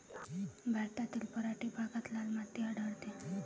भारतातील पठारी भागात लाल माती आढळते